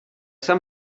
some